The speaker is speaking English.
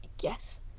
Yes